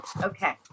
okay